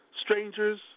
strangers